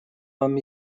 вам